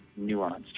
nuanced